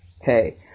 Hey